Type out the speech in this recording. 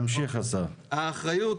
האחריות,